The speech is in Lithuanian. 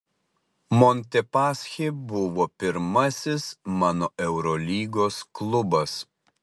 montepaschi buvo pirmasis mano eurolygos klubas